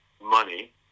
money